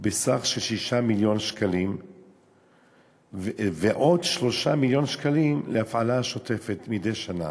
בסך של 6 מיליון שקלים ועוד 3 מיליון שקלים להפעלה שוטפת מדי שנה.